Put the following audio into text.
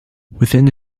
within